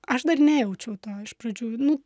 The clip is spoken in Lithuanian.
aš dar nejaučiau to iš pradžių nu